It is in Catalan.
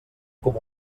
com